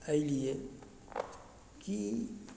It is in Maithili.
अइ लिए कि